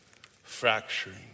fracturing